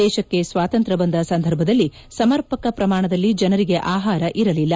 ದೇಶಕ್ಕೆ ಸ್ವಾತಂತ್ರ್ವ ಬಂದ ಸಂದರ್ಭದಲ್ಲಿ ಸಮರ್ಪಕ ಪ್ರಮಾಣದಲ್ಲಿ ಜನರಿಗೆ ಆಹಾರ ಇರಲಿಲ್ಲ